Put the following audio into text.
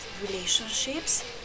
relationships